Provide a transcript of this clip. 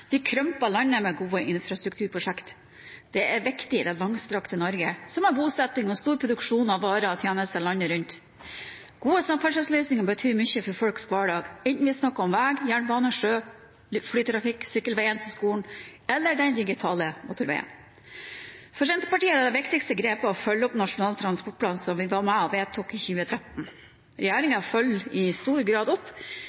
Vi krymper landet med gode infrastrukturprosjekt. Det er viktig i det langstrakte Norge, som har bosetting og stor produksjon av varer og tjenester landet rundt. Gode samferdselsløsninger betyr mye for folks hverdag, enten vi snakker om vei, jernbane, sjø, flytrafikk, sykkelveien til skolen eller den digitale motorveien. For Senterpartiet er det viktigste grepet å følge opp Nasjonal transportplan som vi var med og vedtok i 2013.